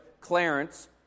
Clarence